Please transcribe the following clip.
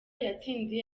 yatsindiye